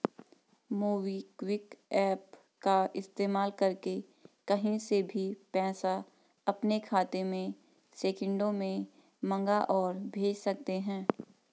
MobiKwik app का इस्तेमाल करके कहीं से भी पैसा अपने खाते में सेकंडों में मंगा और भेज सकते हैं